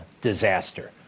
disaster